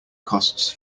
costs